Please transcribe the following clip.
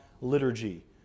liturgy